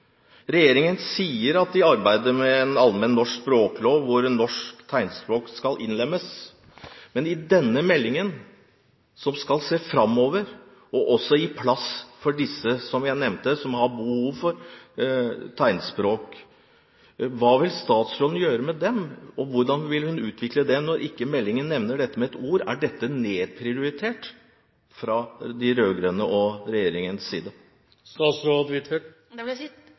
Regjeringen sier at den arbeider med en allmenn norsk språklov der norsk tegnspråk skal innlemmes. Men denne meldingen skal se framover og gi plass for dem jeg nevnte, som har behov for tegnspråk. Hva vil statsråden gjøre for dem? Hvordan vil hun utvikle dette når det ikke nevnes med ett ord i meldingen? Er det nedprioritert fra de rød-grønne og regjeringens side? Jeg vil si